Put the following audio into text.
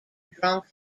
drunk